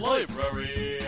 Library